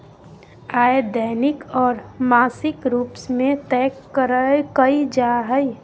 आय दैनिक और मासिक रूप में तय कइल जा हइ